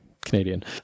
Canadian